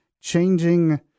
changing